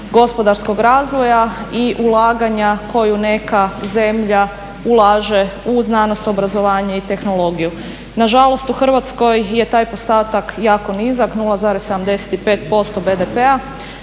gospodarskog razvoja i ulaganja koju neka zemlja ulaže u znanost, obrazovanje i tehnologiju. Nažalost, u Hrvatskoj je taj postotak jako nizak, 0,75% BDP-a.